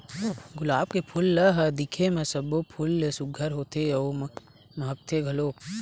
गुलाब के फूल ल ह दिखे म सब्बो फूल ले सुग्घर होथे अउ महकथे घलोक